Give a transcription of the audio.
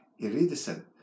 iridescent